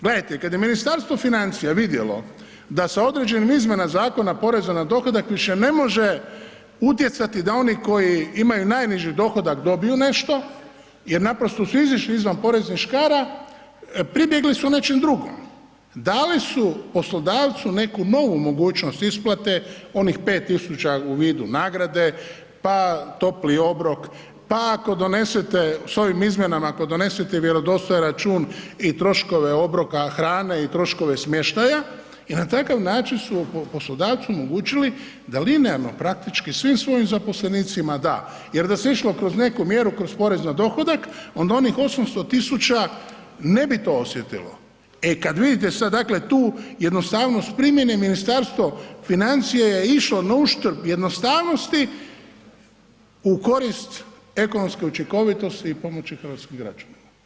Gledajte, kad je Ministarstvo financija vidjelo da se određenim izmjenama Zakona poreza na dohodak više ne može utjecati da oni koji imaju najniži dohodak dobiju nešto jer naprosto su izišli izvan poreznih škara, pribjegli su nečem drugom, dali su poslodavcu neku novu mogućnost isplate onih 5000 u vidu nagrade, pa topli obrok, pa ako donesete, s ovim izmjenama ako donesete vjerodostojan račun i troškove obroka hrane i troškove smještaja i na takav način su poslodavcu omogućili da linearno praktički svim svojim zaposlenicima da jer da se išlo kroz neku mjeru kroz porez na dohodak onda onih 800 000 ne bi to osjetilo, e kad vidite sad dakle tu jednostavnost primjene Ministarstvo financija je išlo na uštrb jednostavnosti u korist ekonomske učinkovitosti i pomoći hrvatskim građanima.